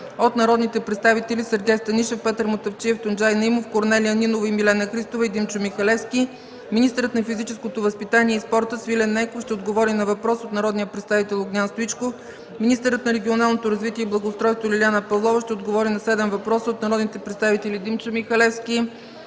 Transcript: от народните представители Сергей Станишев, Петър Мутафчиев, Тунджай Наимов, Корнелия Нинова и Милена Христова, и Димчо Михалевски. Министърът на физическото възпитание и спорта Свилен Нейков ще отговори на въпрос от народния представител Огнян Стоичков. Министърът на регионалното развитие и благоустройството Лиляна Павлова ще отговори на седем въпроса от народните представители Димчо Михалевски